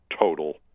total